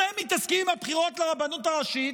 אתם מתעסקים עם הבחירות לרבנות הראשית